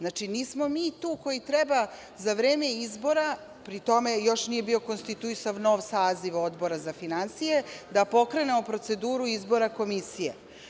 Nismo mi ti koji treba za vreme izbora, prema tome još uvek nije bio konstituisan nov saziv Odbora za finansije, da pokrenemo proceduru izbora Komisije.